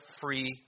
free